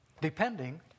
depending